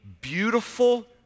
beautiful